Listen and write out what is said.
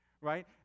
Right